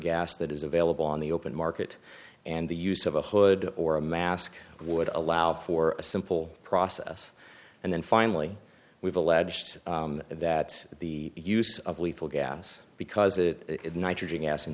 gas that is available on the open market and the use of a hood or a mask would allow for a simple process and then finally we've alleged that the use of lethal gas because it is nitrogen gas